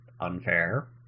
unfair